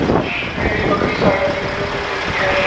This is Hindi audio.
मेरी बकरी साढ़े तीन किलो दूध देती है